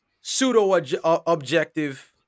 pseudo-objective